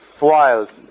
wild